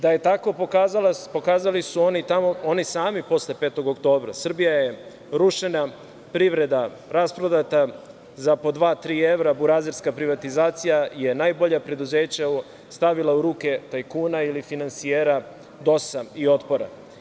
Da je tako pokazali su oni sami posle 5. oktobra, Srbija je rušena, privreda rasprodata, za po dva, tri evra burazerska privatizacija je najbolja preduzeća stavila u tuke tajkuna ili finansijera DOS-a, i Otpora.